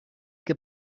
què